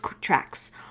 tracks